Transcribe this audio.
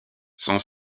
son